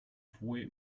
fue